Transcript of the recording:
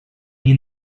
you